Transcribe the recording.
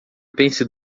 pense